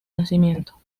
nacimiento